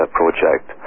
project